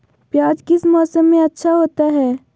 प्याज किस मौसम में अच्छा होता है?